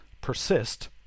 persist